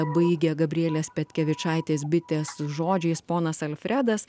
baigė gabrielės petkevičaitės bitės žodžiais ponas alfredas